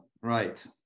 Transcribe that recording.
right